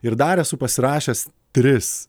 ir dar esu pasirašęs tris